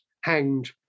hanged